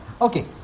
Okay